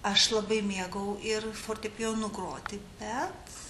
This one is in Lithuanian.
aš labai mėgau ir fortepijonu groti bet